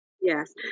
Yes